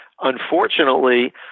Unfortunately